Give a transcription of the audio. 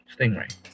Stingray